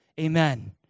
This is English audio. Amen